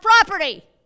property